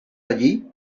allí